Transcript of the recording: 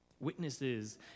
Witnesses